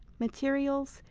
materials,